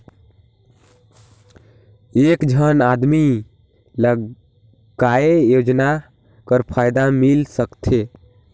एक झन आदमी ला काय योजना कर फायदा मिल सकथे?